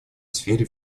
сфере